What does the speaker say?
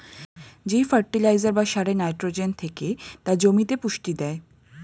যেই ফার্টিলাইজার বা সারে নাইট্রোজেন থেকে তা জমিতে পুষ্টি দেয়